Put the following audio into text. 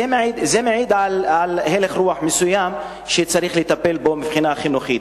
זה מעיד על הלך רוח מסוים שצריך לטפל בו מבחינה חינוכית.